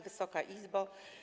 Wysoka Izbo!